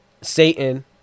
satan